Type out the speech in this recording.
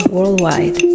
Worldwide